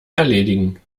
erledigen